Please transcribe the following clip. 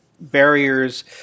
barriers